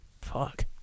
Fuck